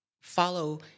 follow